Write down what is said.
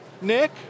Nick